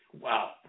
Wow